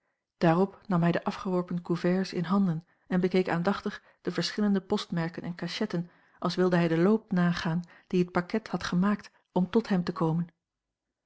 daarop nam hij de afgeworpen couverts in handen en bekeek aandachtig de verschillende postmerken en cachetten als wilde hij den loop nagaan dien het pakket had gemaakt om tot hem te komen